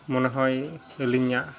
ᱢᱚᱱᱮᱦᱚᱭ ᱟᱹᱞᱤᱧᱟᱜ